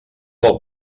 del